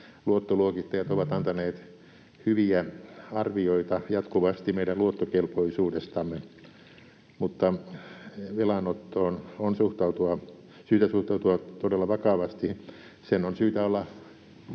Luottoluokittajat ovat jatkuvasti antaneet hyviä arvioita meidän luottokelpoisuudestamme, mutta velanottoon on syytä suhtautua todella vakavasti. Kaiken velanoton